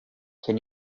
can